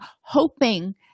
hoping